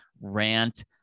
rant